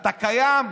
אתה קיים?